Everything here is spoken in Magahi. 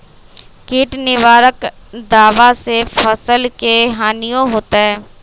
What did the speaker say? किट निवारक दावा से फसल के हानियों होतै?